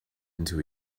into